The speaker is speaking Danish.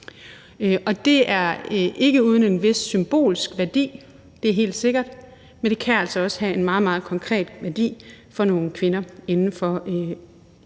Det er ikke uden en vis symbolsk værdi – det er helt sikkert – men det kan altså også have en meget, meget konkret værdi for nogle kvinder. Og det er noget,